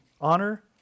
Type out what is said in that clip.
honor